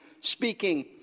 speaking